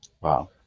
Wow